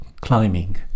climbing